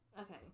okay